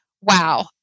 wow